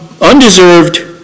undeserved